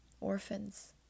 orphans